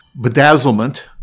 bedazzlement